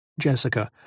Jessica